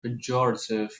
pejorative